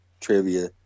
trivia